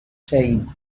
saying